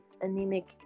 anemic